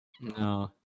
No